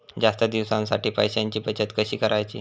जास्त दिवसांसाठी पैशांची बचत कशी करायची?